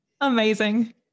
Amazing